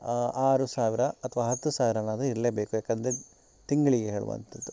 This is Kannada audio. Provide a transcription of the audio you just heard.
ಆ ಆರು ಸಾವಿರ ಅಥವಾ ಹತ್ತು ಸಾವಿರನಾದರೂ ಇರಲೇಬೇಕು ಯಾಕೆಂದ್ರೆ ತಿಂಗಳಿಗೆ ಹೇಳುವಂಥದ್ದು